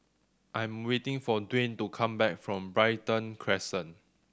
I'm waiting for Dwayne to come back from Brighton Crescent